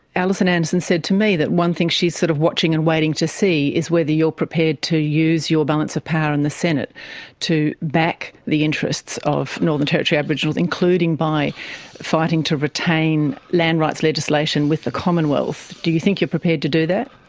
alison anderson said to me that one thing she's sort of watching and waiting to see is whether you're prepared to use your balance of power in the senate to back the interests of northern territory aboriginals, including by fighting to retain land rights legislation with the commonwealth. do you think you're prepared to do that?